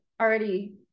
Already